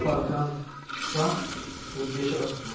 पालकांचा उद्देश असतो